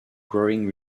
growing